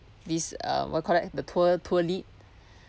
this uh what called that the tour tour lead